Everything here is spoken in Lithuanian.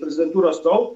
prezidentūros tol